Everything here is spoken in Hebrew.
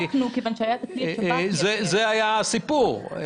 זה בעצם היה הסיפור.